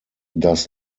does